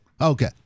Okay